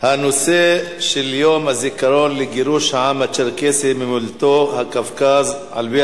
הנושא של יום הזיכרון לגירוש העם הצ'רקסי ממולדתו בקווקז על-פי